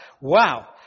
Wow